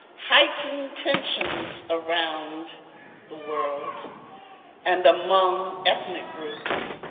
heightened tensions around the world and among ethnic groups,